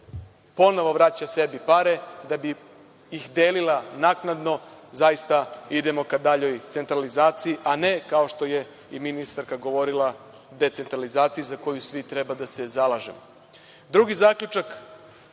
ponovo vraća sebi pare da bi ih delila naknadno zaista idemo ka daljoj centralizaciji, a ne kao što je i ministarka govorila decentralizaciji za koju svi treba da se zalažemo. Drugi zaključak,